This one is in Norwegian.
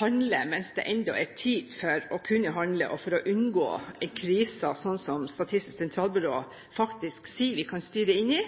handler mens det ennå er tid til å kunne handle og for å unngå en krise, slik som Statistisk sentralbyrå faktisk sier vi kan styre inn i.